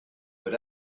but